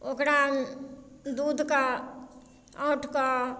ओकरा दूधके औंट कऽ